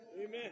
Amen